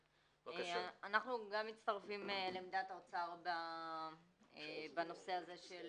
אנחנו גם מצטרפים לעמדת האוצר בנושא הזה של